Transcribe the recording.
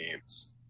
games